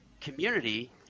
community